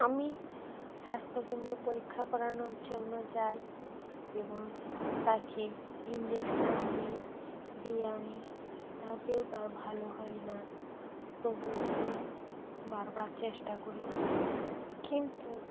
আমি স্বাস্থ্য কেন্দ্রে পরীক্ষা করানোর জন্য যাই এবং তাখে ইনজেকশান দিই দিয়ে আনি তাতেও তার ভালো হয় না তবুও আমি বারবার চেষ্টা করি কিন্তু